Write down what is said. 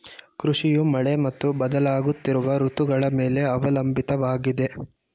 ಕೃಷಿಯು ಮಳೆ ಮತ್ತು ಬದಲಾಗುತ್ತಿರುವ ಋತುಗಳ ಮೇಲೆ ಅವಲಂಬಿತವಾಗಿದೆ